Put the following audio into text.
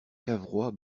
cavrois